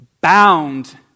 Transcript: bound